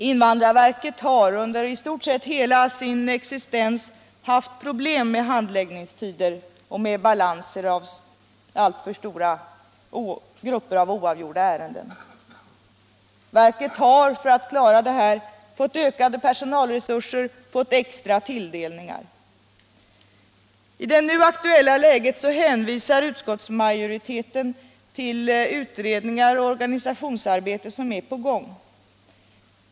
Invandrarverket har under i stort sett hela sin existens haft problem med handläggningstider och med alltför stora balanser för grupper av oavgjorda ärenden. Verket har för att klara dessa problem fått ökade personalresurser och extra tilldelningar. I det nu aktuella läget hänvisar utskottsmajoriteten till utredningar och organisationsarbete som är på gång.